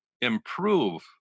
improve